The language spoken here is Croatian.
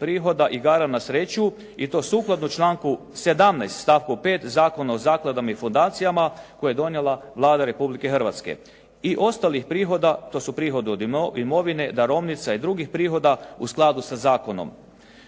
prihoda igara na sreću i to sukladno članku 17. stavku 5. Zakona o zakladama i fundacijama koje je donijela Vlada Republike Hrvatske i ostalih prihoda, to su prihodi od imovine, darovnica i drugih prihoda u skladu sa zakonom.